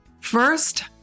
First